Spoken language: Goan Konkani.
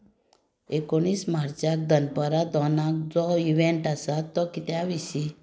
एकुणीस मार्चाक दनपरां दोनांक जो इव्हेंट आसा तो कित्या विशीं